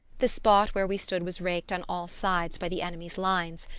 the spot where we stood was raked on all sides by the enemy's lines,